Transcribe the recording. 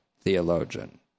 theologian